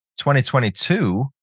2022